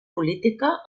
política